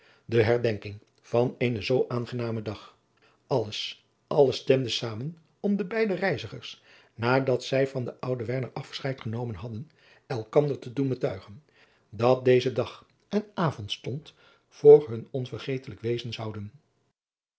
de herdenking van eenen zoo aangenamen dag alles alles stemde zamen om de beide reizigers nadat zij van den ouden werner afscheid genomen hadden elkander te doen betuigen dat deze dag en avondstond adriaan loosjes pzn het leven van maurits lijnslager voor hun onvergetelijk wezen zouden